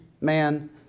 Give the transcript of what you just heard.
man